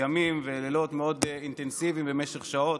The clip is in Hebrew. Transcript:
ימים ולילות מאוד אינטנסיביים, במשך שעות,